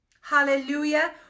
hallelujah